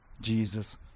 Jesus